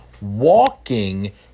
walking